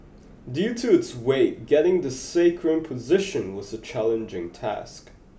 due to its weight getting the sacrum position was a challenging task